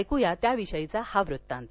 ऐक्या त्याविषयीचा हा वृत्तांत